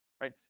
right